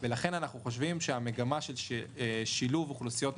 ולכן אנחנו חושבים שהמגמה של שילוב אוכלוסיות נוספות,